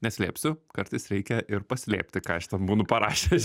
neslėpsiu kartais reikia ir paslėpti ką aš ten būnu parašęs